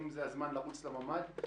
אם זה הזמן לרוץ לממ"ד.